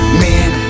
man